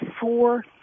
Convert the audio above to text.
four